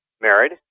Married